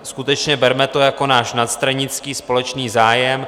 Skutečně, berme to jako náš nadstranický společný zájem.